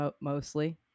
Mostly